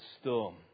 storm